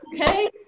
Okay